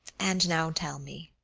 and now tell me,